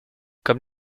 comme